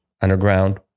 underground